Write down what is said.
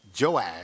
Joash